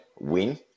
win